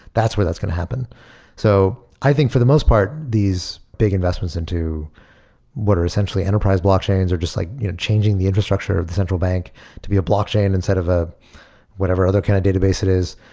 that's where that's going to happen so i think for the most part, these big investments into what are essentially enterprise blockchains or just like you know changing the infrastructure of the central bank to be a blockchain instead of of whatever other kind of databases it is.